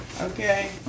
Okay